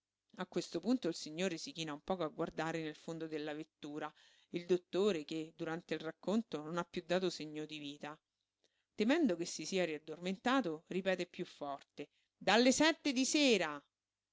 a questo punto il signore si china un poco a guardare nel fondo della vettura il dottore che durante il racconto non ha piú dato segno di vita temendo che si sia riaddormentato ripete piú forte dalle sette di sera